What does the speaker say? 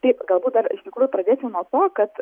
taip galbūt dar iš tikrųjų pradėčiau nuo to kad